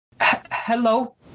Hello